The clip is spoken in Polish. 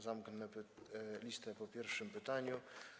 Zamknę listę po pierwszym pytaniu.